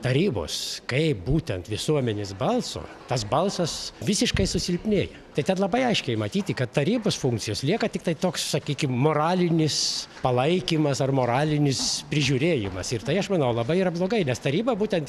tarybos kaip būtent visuomenės balso tas balsas visiškai susilpnėja tai kad labai aiškiai matyti kad tarybos funkcijos lieka tiktai toks sakykim moralinis palaikymas ar moralinis prižiūrėjimas ir tai aš manau labai yra blogai nes taryba būtent